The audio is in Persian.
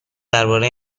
درباره